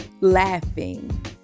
laughing